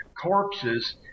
corpses